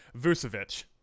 Vucevic